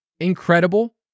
incredible